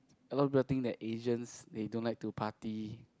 a lot of people think that Asians they don't like to party